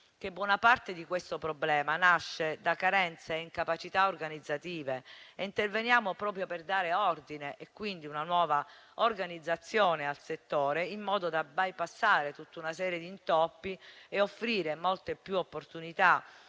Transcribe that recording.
buona parte di questo problema nasce da carenze e incapacità organizzative. Interveniamo proprio per dare ordine e quindi una nuova organizzazione al settore, in modo da bypassare tutta una serie di intoppi e offrire molte più opportunità